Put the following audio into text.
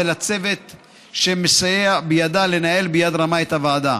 ולצוות שמסייע בידה לנהל ביד רמה את הוועדה.